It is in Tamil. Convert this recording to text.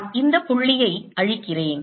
நான் இந்த புள்ளியை அழிக்கிறேன்